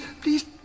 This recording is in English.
please